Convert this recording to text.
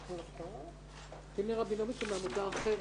פיני רבינוביץ' הוא מעמותה אחרת.